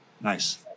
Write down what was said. Nice